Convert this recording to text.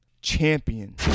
champion